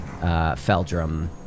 feldrum